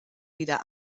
wieder